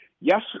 Yes